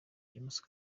james